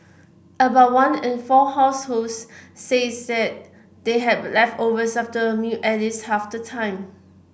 about one in four households say said they had leftovers after a meal at least half the time